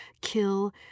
kill